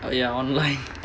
ya online